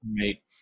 Right